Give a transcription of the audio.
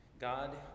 God